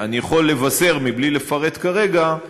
אני יכול לבשר, בלי לפרט כרגע,